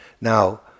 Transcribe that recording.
Now